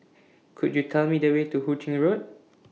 Could YOU Tell Me The Way to Hu Ching Road